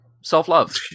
self-love